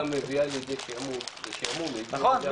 בטלה מביאה לידי שעמום והשעמום --- נכון,